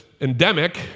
endemic